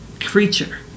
creature